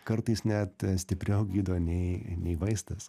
kartais net stipriau gydo nei nei vaistas